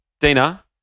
Dina